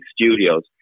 studios